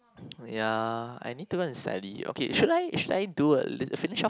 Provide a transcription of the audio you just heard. ya I need to go and study okay should I should I do a lit finish off